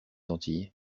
antilles